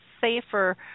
safer